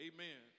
Amen